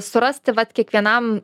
surasti vat kiekvienam